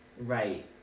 Right